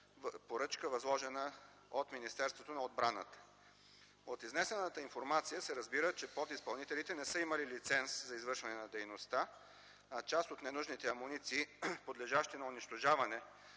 поръчка, възложена от Министерството на отбраната. От изнесената информация се разбира, че подизпълнителите не са имали лиценз за извършване на дейността, а част от ненужните амуниции, подлежащи на унищожаване,